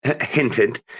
hinted